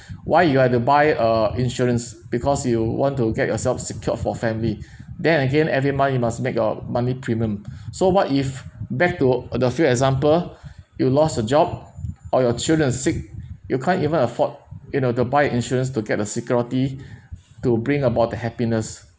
why you have to buy uh insurance because you want to get yourself secured for family then again every month you must make your monthly premium so what if back to uh the few example you lost a job or your children sick you can't even afford you know to buy an insurance to get a security to bring about the happiness